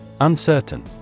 Uncertain